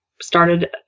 started